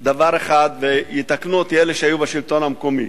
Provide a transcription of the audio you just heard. דבר אחד, ויתקנו אותי אלה שהיו בשלטון המקומי.